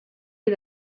est